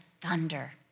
thunder